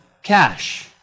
cash